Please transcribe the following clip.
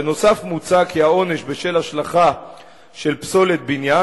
בנוסף מוצע כי העונש בשל השלכה של פסולת בניין,